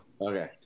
Okay